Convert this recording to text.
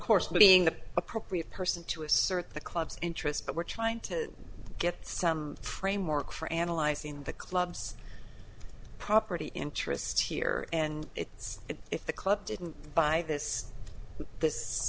course being the appropriate person to assert the club's interests but we're trying to get some framework for analyzing the club's property interests here and it's as if the club didn't buy this this